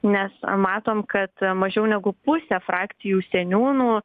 nes matom kad mažiau negu pusė frakcijų seniūnų